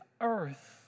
earth